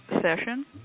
session